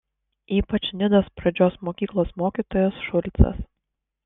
ypač nidos pradžios mokyklos mokytojas šulcas